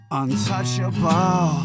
untouchable